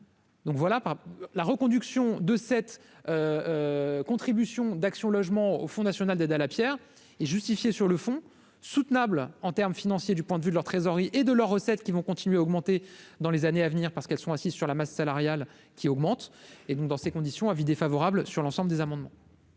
Donc voilà, par la reconduction de cette contribution d'Action Logement au Fonds national d'aide à la Pierre et justifiée sur le fond, soutenable en termes financiers, du point de vue de leur trésorerie et de leur recettes qui vont continuer à augmenter dans les années à venir, parce qu'elles sont assises sur la masse salariale qui augmentent et donc dans ces conditions, avis défavorable sur l'ensemble des amendements.